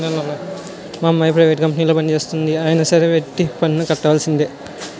మా అమ్మాయి ప్రైవేట్ కంపెనీలో పనిచేస్తంది అయినా సరే వృత్తి పన్ను కట్టవలిసిందే